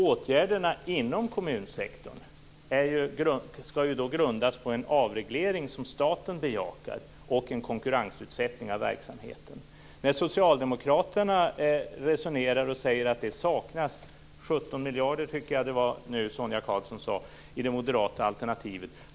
Åtgärderna inom kommunsektorn skall grundas på en avreglering som staten bejakar och på en konkurrensutsättning av verksamheten. Socialdemokraterna säger att det saknas 17 miljarder i det moderata alternativet. Jag tyckte att de var det som Sonia Karlsson sade.